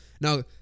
Now